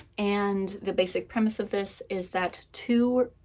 and the basic premise of this is that two